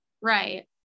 Right